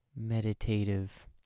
meditative